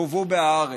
והובאו בהארץ.